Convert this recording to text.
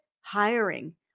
hiring